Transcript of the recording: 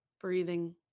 Breathing